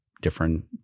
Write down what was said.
different